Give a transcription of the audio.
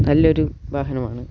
നല്ല ഒരു വാഹനമാണ്